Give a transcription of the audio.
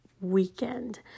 weekend